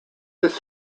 this